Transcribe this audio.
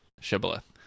shibboleth